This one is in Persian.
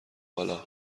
بالا